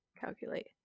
calculate